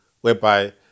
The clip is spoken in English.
whereby